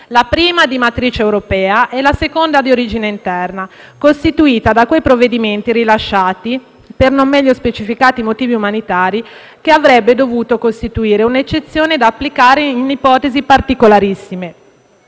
la prima di matrice europea e la seconda di origine interna, costituita da quei provvedimenti rilasciati per non meglio specificati motivi umanitari, che avrebbe dovuto costituire un'eccezione da applicare in ipotesi particolarissime.